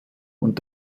und